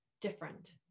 different